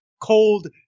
cold